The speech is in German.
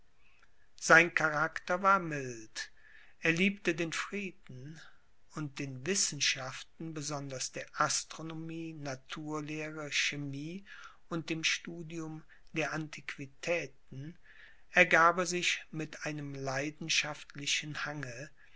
sein charakter war mild er liebte den frieden und den wissenschaften besonders der astronomie naturlehre chemie und dem studium der antiquitäten ergab er sich mit einem leidenschaftlichen hange